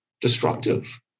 destructive